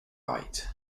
right